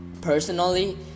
personally